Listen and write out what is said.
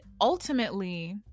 ultimately